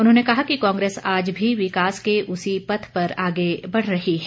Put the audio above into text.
उन्होंने कहा कांग्रेस आज भी विकास के उसी पथ पर आगे बढ़ रही है